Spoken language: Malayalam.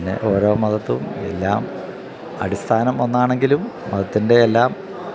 പിന്നെ ഓരോ മതത്തിലുമെല്ലാം അടിസ്ഥാനം ഒന്നാണെങ്കിലും മതത്തിൻ്റെയെല്ലാം